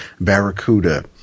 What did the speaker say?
Barracuda